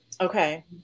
Okay